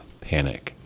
panic